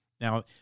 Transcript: Now